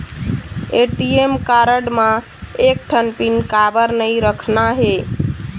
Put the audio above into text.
ATM card म एक ठन पिन काबर नई रखना हे?